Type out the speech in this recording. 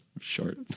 Short